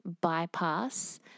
bypass